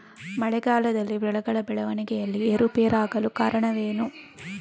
ಮಳೆಗಾಲದಲ್ಲಿ ಬೆಳೆಗಳ ಬೆಳವಣಿಗೆಯಲ್ಲಿ ಏರುಪೇರಾಗಲು ಕಾರಣವೇನು?